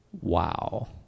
wow